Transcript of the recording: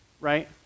right